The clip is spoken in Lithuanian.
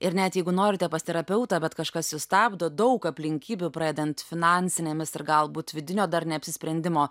ir net jeigu norite pas terapeutą bet kažkas jus stabdo daug aplinkybių pradedant finansinėmis ir galbūt vidinio dar neapsisprendimo